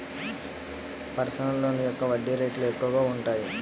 personal loan యొక్క వడ్డీ రేట్లు ఎక్కువగా ఉంటాయి